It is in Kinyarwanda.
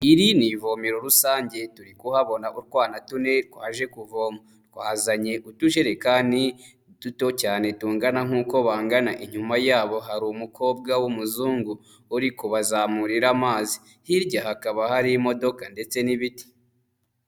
Iri ni ivomero rusange turi kuhabona utwana tune twaje kuvoma, twazanye utujekani duto cyane tungana nk'uko bangana, inyuma yabo hari umukobwa w'umuzungu uri kubabazamurira amazi, hirya hakaba hari imodoka ndetse n'ibiti.